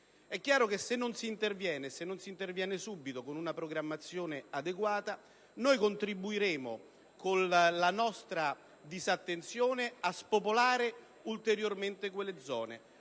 Dunque, se non si interviene subito con una programmazione adeguata, contribuiremo con la nostra disattenzione a spopolare ulteriormente quelle zone.